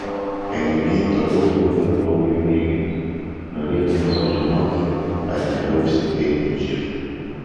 kaliniai toliau duoda kraujo mėginius norėdami sužinoti ar nėra užsikrėtę živ